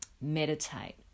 Meditate